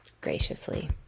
graciously